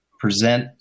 present